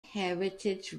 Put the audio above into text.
heritage